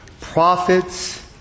Prophets